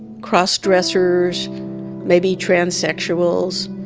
cross dressers maybe transsexuals,